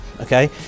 okay